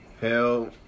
Hell